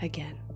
Again